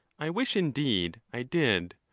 i wish, indeed, i did,